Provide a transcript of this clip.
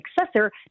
successor